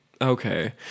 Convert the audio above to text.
Okay